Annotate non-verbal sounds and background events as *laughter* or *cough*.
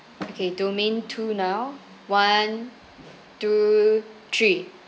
*noise* okay domain two now one two three